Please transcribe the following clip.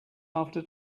after